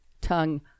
tongue